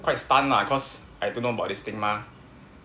quite stun lah cause I don't know about this thing mah